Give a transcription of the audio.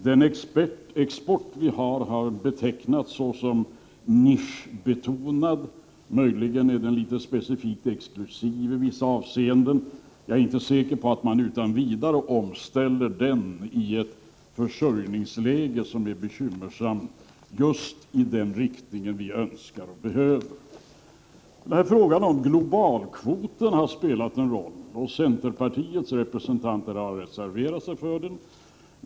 Vår export har betecknats såsom nischbetonad. Möjligen är den litet specifikt exklusiv i vissa avseenden. Jag är inte säker på att man i ett försörjningsläge som är bekymmersamt utan vidare kan omställa den just i den riktning som vi önskar och behöver. Men frågan om globalkvoten har spelat en roll. Centerpartiets representanter har reserverat sig för den.